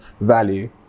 value